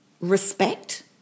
respect